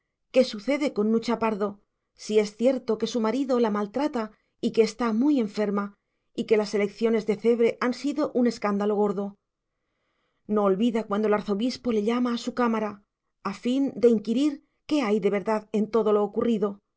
qué sucede con nucha pardo si es cierto que su marido la maltrata y que está muy enferma y que las elecciones de cebre han sido un escándalo gordo no olvida cuando el arzobispo le llama a su cámara a fin de inquirir qué hay de verdad en todo lo ocurrido